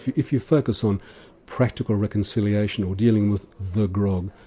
if you focus on practical reconciliation, or dealing with the grog,